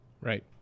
Right